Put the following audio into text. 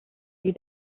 you